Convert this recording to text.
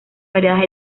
variadas